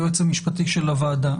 היועץ המשפטי של הוועדה.